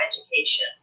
education